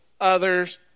others